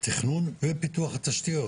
תכנון ופיתוח התשתיות